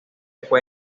fue